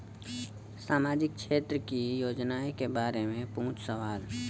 सामाजिक क्षेत्र की योजनाए के बारे में पूछ सवाल?